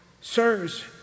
Sirs